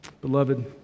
Beloved